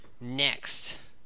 Next